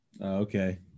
Okay